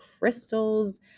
crystals